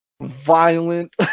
violent